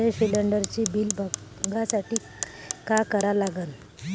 मले शिलिंडरचं बिल बघसाठी का करा लागन?